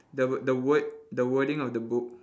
the wor~ the word the wording of the book